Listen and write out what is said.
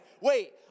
wait